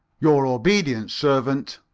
your obedient servant,